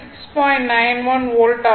61 volt volt